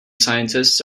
scientists